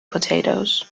potatoes